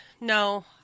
No